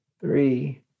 Three